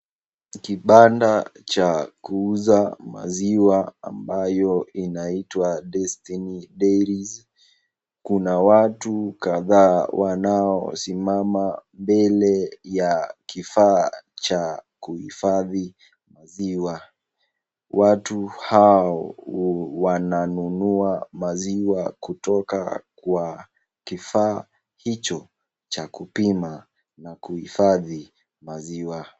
Kibanda cha kuuza maziwa ambayo inaitwa [Destiny Dairies]. Kuna watu kadhaa ambao wanasimama mbele ya kifaa cha kuifadhi maziwa. Watu hao wananua maziwa kutoka kwa kifaa hicho cha kupima na kuhifadhi maziwa.